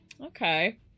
okay